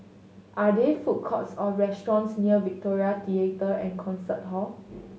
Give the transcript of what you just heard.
are there food courts or restaurants near Victoria Theatre and Concert Hall